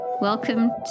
Welcome